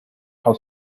her